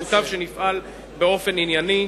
מוטב שנפעל באופן ענייני.